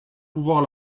pouvoir